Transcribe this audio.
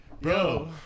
bro